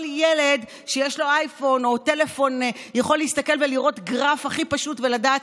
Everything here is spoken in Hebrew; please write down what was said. כל ילד שיש לו אייפון או טלפון יכול להסתכל ולראות גרף הכי פשוט ולדעת